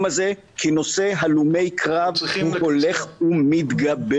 הזה כי נושא הלומי הקרב הוא הולך ומתגבר,